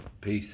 Peace